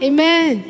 Amen